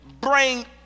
bring